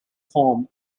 form